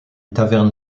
taverne